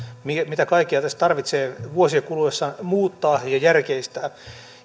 mitä kaikkea tässä tarvitsee vuosien kuluessa muuttaa ja järkeistää